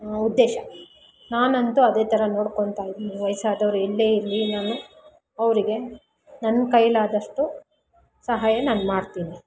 ಉದ್ದೇಶ ನಾನಂತೂ ಅದೇ ಥರ ನೋಡ್ಕೊಳ್ತಾಯಿದ್ದೀನಿ ವಯಸ್ಸಾದವರು ಎಲ್ಲೇ ಇರಲಿ ನಾನು ಅವರಿಗೆ ನನ್ನ ಕೈಲಾದಷ್ಟು ಸಹಾಯ ನಾನು ಮಾಡ್ತೀನಿ